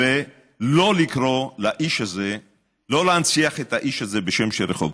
ולא להנציח את האיש הזה בשם של רחוב.